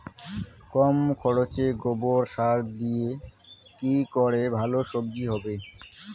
কম খরচে গোবর সার দিয়ে কি করে ভালো সবজি হবে?